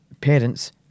parents